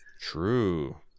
True